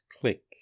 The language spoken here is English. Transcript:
click